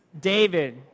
David